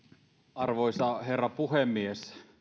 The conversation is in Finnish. arvoisa herra puhemies